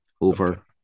over